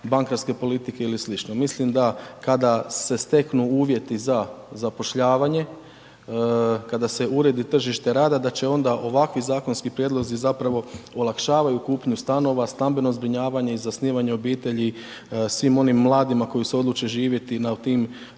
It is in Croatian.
bankarske politike ili slično. Mislim da, kada se steknu uvjeti za zapošljavanje, kada se uredi tržište rada, da će onda ovakvi zakonski prijedlozi zapravo, olakšavaju kupnju stanova, stambeno zbrinjavanje i zasnivanje obitelji svim onim mladima koji se odluče živjeti na tim